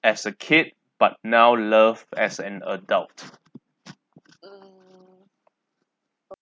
as a kid but now love as an adult